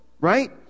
Right